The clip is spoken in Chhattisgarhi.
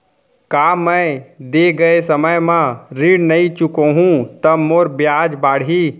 का मैं दे गए समय म ऋण नई चुकाहूँ त मोर ब्याज बाड़ही?